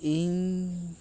ᱤᱧ